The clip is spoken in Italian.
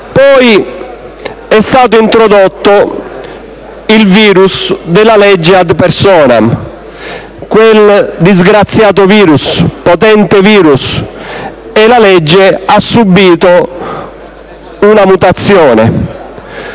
Poi é stato introdotto il virus della legge *ad personam*, un disgraziato e potente virus, e la legge ha subito una mutazione.